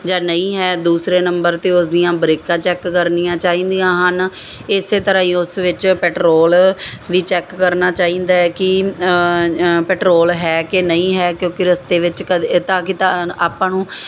ਜਾ ਨਹੀਂ ਹੈ ਦੂਸਰੇ ਨੰਬਰ 'ਤੇ ਉਸਦੀਆਂ ਬਰੇਕਾਂ ਚੈੱਕ ਕਰਨੀਆਂ ਚਾਹੀਦੀਆਂ ਹਨ ਇਸੇ ਤਰ੍ਹਾਂ ਹੀ ਉਸ ਵਿੱਚ ਪੈਟਰੋਲ ਵੀ ਚੈੱਕ ਕਰਨਾ ਚਾਹੀਦਾ ਕੀ ਪੈਟਰੋਲ ਹੈ ਕਿ ਨਹੀਂ ਹੈ ਕਿਉਂਕਿ ਰਸਤੇ ਵਿੱਚ ਕਦੇ ਆਪਾਂ ਨੂੰ